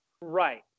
right